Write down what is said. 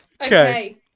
Okay